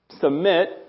submit